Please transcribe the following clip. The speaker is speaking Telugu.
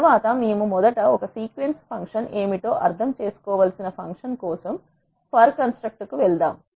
తరువాత మేము మొదట ఒక సీక్వెన్స్ ఫంక్షన్ ఏమిటో అర్థం చేసుకో వలసిన ఫంక్షన్ కోసం ఫంక్షన్ కోసం ఫర్ కన్స్ట్రక్ట్ కు వెళ్దాము